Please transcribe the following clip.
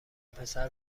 پسر